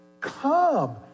Come